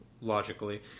logically